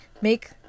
Make